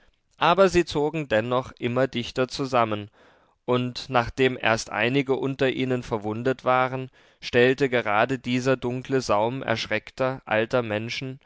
aber sie zogen sich dennoch immer dichter zusammen und nachdem erst einige unter ihnen verwundet waren stellte gerade dieser dunkle saum erschreckter alter menschen